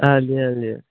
ਹਾਂਜੀ ਹਾਂਜੀ